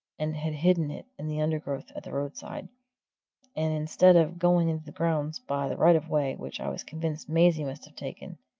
and had hidden it in the undergrowth at the roadside and instead of going into the grounds by the right-of-way which i was convinced maisie must have taken,